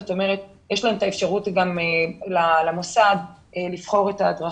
זאת אומרת, יש למוסד אפשרות לבחור את ההדרכה.